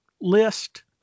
list